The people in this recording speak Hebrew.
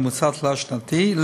בממוצע תלת-שנתי,